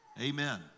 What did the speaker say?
Amen